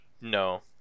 no